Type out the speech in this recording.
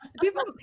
people